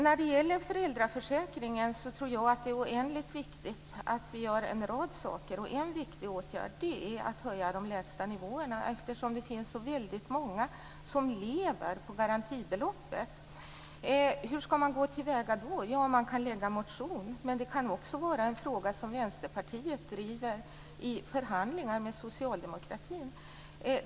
När det gäller föräldraförsäkringen tror jag att det är oändligt viktigt att vi gör en rad saker. En viktig åtgärd är att höja de lägsta nivåerna, eftersom väldigt många lever på garantibeloppet. Hur ska man då gå till väga? Ja, man kan väcka en motion, men det kan också vara en fråga som Vänsterpartiet driver i förhandlingar med Socialdemokraterna.